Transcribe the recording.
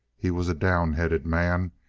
he was a down-headed man,